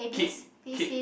kid kid